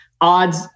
odds